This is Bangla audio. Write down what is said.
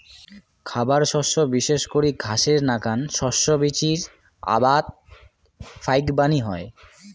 খাবার শস্য বিশেষ করি ঘাসের নাকান শস্য বীচির আবাদ ফাইকবানী হই